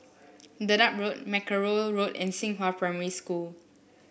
Dedap Road Mackerrow Road and Xinghua Primary School